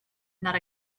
not